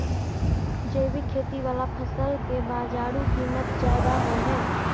जैविक खेती वाला फसल के बाजारू कीमत ज्यादा होय हय